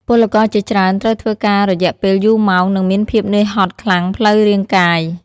ពលករជាច្រើនត្រូវធ្វើការរយៈពេលយូរម៉ោងនិងមានភាពនឿយហត់ខ្លាំងផ្លូវរាងកាយ។